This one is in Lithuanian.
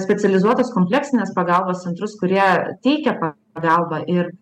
specializuotos kompleksinės pagalbos centrus kurie teikia pagalbą ir